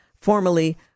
formally